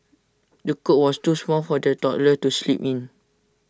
the cot was too small for the toddler to sleep in